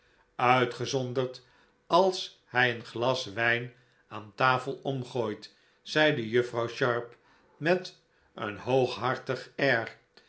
uitgezonderd als hij een glas wijn aan tafel omgooit zeide juffrouw sharp met een hooghartig air